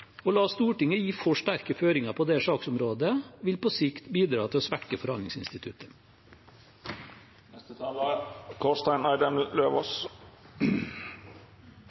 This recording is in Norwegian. Å la Stortinget gi for sterke føringer på dette saksområdet vil på sikt bidra til å svekke forhandlingsinstituttet.